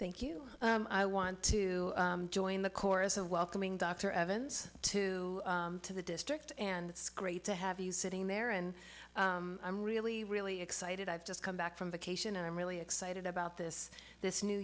thank you i want to join the chorus of welcoming dr evans to to the district and it's great to have you sitting there and i'm really really excited i've just come back from vacation and i'm really excited about this this new